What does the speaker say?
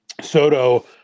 Soto